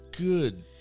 good